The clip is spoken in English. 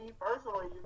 personally